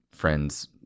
Friends